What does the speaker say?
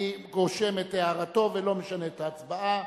אני רושם את הערתו ולא משנה את ההצבעה.